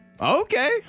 Okay